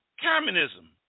communism